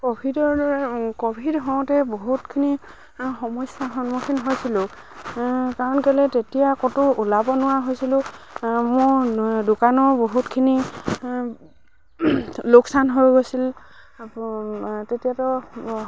ক'ভিডৰ দৰে ক'ভিড হওঁতে বহুতখিনি সমস্যাৰ সন্মুখীন হৈছিলোঁ কাৰণ কেলে তেতিয়া ক'তো ওলাব নোৱাৰা হৈছিলোঁ মোৰ দোকানৰ বহুতখিনি লোকচান হৈ গৈছিল তেতিয়াতো